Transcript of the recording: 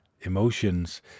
emotions